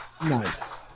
Nice